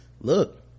Look